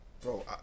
bro